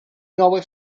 nuove